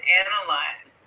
analyze